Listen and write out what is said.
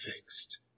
fixed